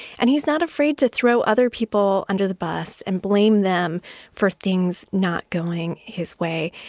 and he's not afraid to throw other people under the bus and blame them for things not going his way.